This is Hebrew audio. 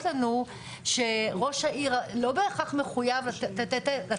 לנו שראש העיר לא בהכרח מחויב לתת